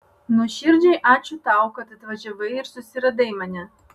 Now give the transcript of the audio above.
nuoširdžiai ačiū tau kad atvažiavai ir susiradai mane